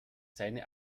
seine